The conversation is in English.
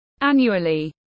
annually